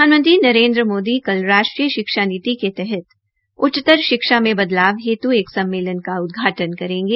प्रधानमंत्री नरेन्द्र मोदी कल राष्ट्रीय शिक्षा नीति के तहत उच्चतर शिक्षा में बदलाव हेतु एक सम्मेलन का उदघाटन करेंगे